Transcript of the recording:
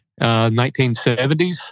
1970s